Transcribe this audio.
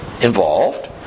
involved